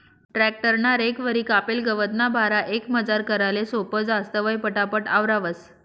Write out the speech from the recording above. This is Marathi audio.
ट्रॅक्टर ना रेकवरी कापेल गवतना भारा एकमजार कराले सोपं जास, तवंय पटापट आवरावंस